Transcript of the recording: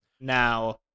now